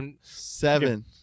Seven